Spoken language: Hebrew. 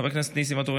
חבר הכנסת נסים ואטורי,